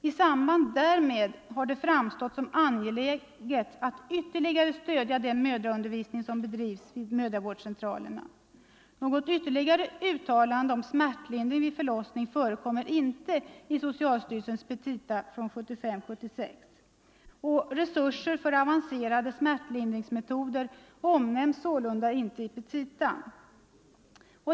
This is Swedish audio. I samband därmed har det framstått som angeläget att ytterligare stödja den mödraundervisning som bedrivs vid mödravårdscentralerna.” Något ytterligare uttalande om smärtlindring vid förlossning förekommer inte i socialstyrelsens petita för 1975/76. Resurser för avancerade smärtlindringsmetoder omnämns sålunda inte i petitan.